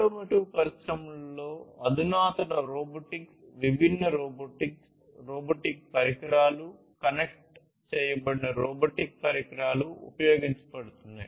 automotive పరిశ్రమలలో అధునాతన robotics విభిన్న రోబోటిక్స్ రోబోటిక్ పరికరాలు కనెక్ట్ చేయబడిన రోబోటిక్ పరికరాలు ఉపయోగించబడుతున్నాయి